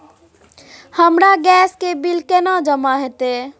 हमर गैस के बिल केना जमा होते?